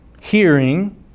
hearing